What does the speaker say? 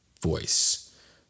voice